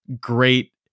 great